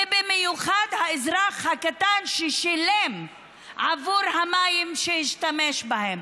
ובמיוחד האזרח הקטן ששילם עבור המים שהשתמש בהם.